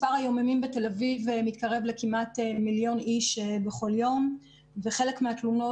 מספר היוממים בתל אביב מתקרב כמעט למיליון אנשים בכל יום וחלק מהתלונות